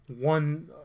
one